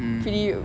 mm